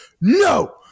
no